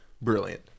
brilliant